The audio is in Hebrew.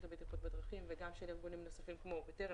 לבטיחות בדרכים וגם של ארגונים נוספים כמו בטרם,